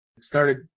started